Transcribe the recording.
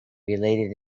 related